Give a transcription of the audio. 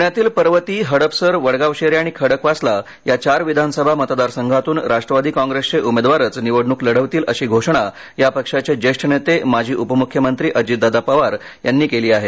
पुण्यातील पर्वती हडपसर वडगावशेरी आणि खडकवासला या चार विधानसभा मतदारसंघातून राष्ट्रवादी कँग्रेसचे उमेदवारच निवडणूक लढवतील अशी घोषणा या पक्षाचे ज्येष्ठ नेते माजी उपमुख्यमंत्री अजितदादा पवार यांनी केली आहे